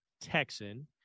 Texan